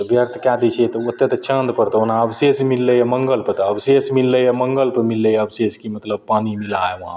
तऽ व्यर्थ कए दै छै तऽ ओते तऽ चाँदपर ओना अवशेष मिललैया मङ्गलपर तऽ अवशेष मिललैया मङ्गलपर मिललैया अवशेष कि मतलब कि पानि मिला है वहाँ